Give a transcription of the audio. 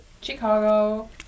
Chicago